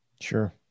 Sure